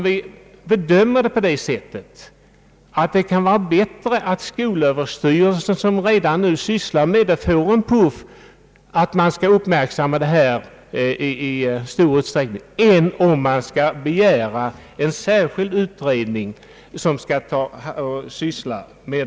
Vi bedömer det på det sättet, att det är bättre att skolöverstyrelsen som redan nu sysslar med denna verksamhet får en puff för att uppmärksamma detta problem än att begära en särskild utredning som skall pröva dessa frågor.